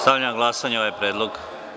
Stavljam na glasanje ovaj predlog.